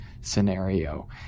scenario